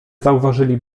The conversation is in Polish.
zauważyli